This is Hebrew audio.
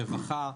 רווחה,